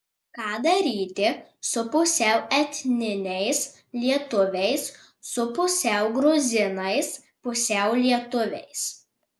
ką daryti su pusiau etniniais lietuviais su pusiau gruzinais pusiau lietuviais